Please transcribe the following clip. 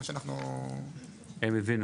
אנחנו חילקנו את זה לשבעה נושאים לפני מה שאנחנו הבנו.